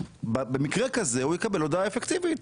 במקרה כזה הוא יקבל הודעה אפקטיבית.